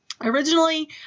originally